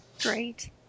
Great